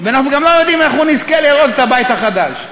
ואנחנו גם לא יודעים אם אנחנו נזכה לראות את הבית החדש.